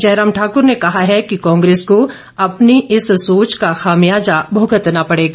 जयराम ठाकुर ने कहा है कि कांग्रेस को अपनी इस सोच का खामियाजा भुगतना पड़ेगा